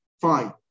Fine